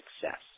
success